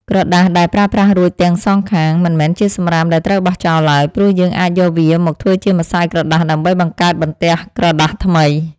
ក្រដាសដែលប្រើប្រាស់រួចទាំងសងខាង មិនមែនជាសំរាមដែលត្រូវបោះចោលឡើយ ព្រោះយើងអាចយកវាមកធ្វើជាម្សៅក្រដាសដើម្បីបង្កើតបន្ទះក្រដាសថ្មី។